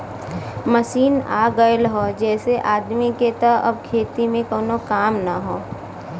machine आ गयल हौ जेसे आदमी के त अब खेती में कउनो काम ना हौ